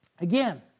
Again